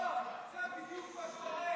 הו, זה בדיוק מה שקורה.